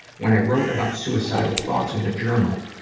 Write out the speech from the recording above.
when i wrote about suicidal thoughts in the journal,